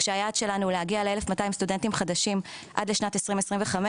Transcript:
כשהיעד שלנו הוא להגיע ל- 1,200 סטודנטים חדשים עד לשנת 2025,